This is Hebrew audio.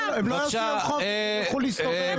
הם לא ייקחו יום חופש, הם ילכו להסתובב.